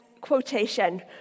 quotation